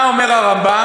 מה אומר הרמב"ם?